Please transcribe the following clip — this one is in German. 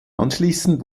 anschließend